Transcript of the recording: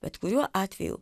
bet kuriuo atveju